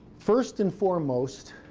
first and foremost,